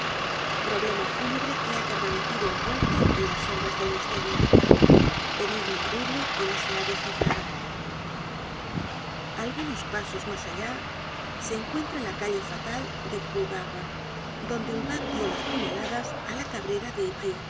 problema fúnebre que ha permanecido envuelto en las sombras del misterio enigma horrible que no se ha descifrado algunos pasos mas allá se encuentra la calle fatal de croulebarbe donde ulbach dió de puñaladas á la cabrera